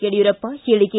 ಯಡಿಯೂರಪ್ಪ ಹೇಳಿಕೆ